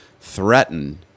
threaten